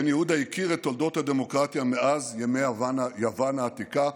בן יהודה הכיר את תולדות הדמוקרטיה מאז ימי יוון העתיקה.